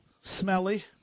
smelly